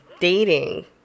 dating